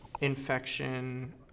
infection